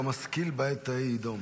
"המשכיל בעת ההיא יידום".